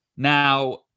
Now